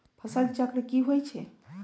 फसल चक्र की होई छै?